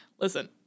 Listen